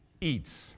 eats